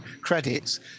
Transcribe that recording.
credits